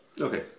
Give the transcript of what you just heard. okay